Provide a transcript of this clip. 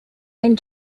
and